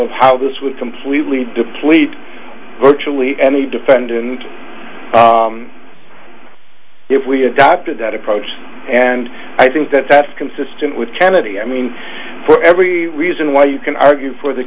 of how this would completely deplete virtually any defendant if we adopted that approach and i think that that's consistent with kennedy i mean for every reason why you can argue for the